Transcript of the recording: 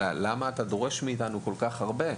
"למה אתה דורש מאיתנו כל כך הרבה".